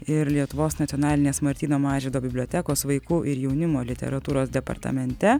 ir lietuvos nacionalinės martyno mažvydo bibliotekos vaikų ir jaunimo literatūros departamente